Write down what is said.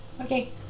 Okay